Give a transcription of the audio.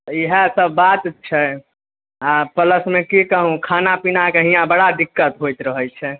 तऽ इएहसब बात छै आओर प्लसमे कि कहू खाना पीनाके हियाँ बड़ा दिक्कत होइत रहै छै